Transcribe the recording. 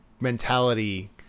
Mentality